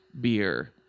beer